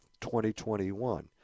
2021